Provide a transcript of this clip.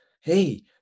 hey